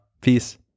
Peace